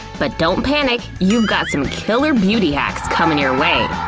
but don't panic, you've got some killer beauty hacks comin' your way!